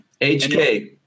HK